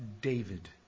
David